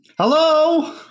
Hello